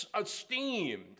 esteemed